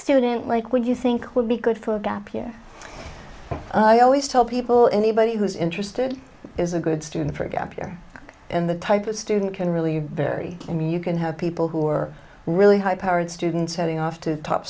student like would you think would be good for gap year i always tell people anybody who's interested is a good student for a gap year and the type of student can really vary i mean you can have people who are really high powered students heading off to top